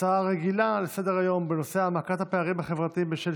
הצעה רגילה לסדר-היום בנושא: העמקת הפערים החברתיים בשל